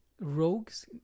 Rogues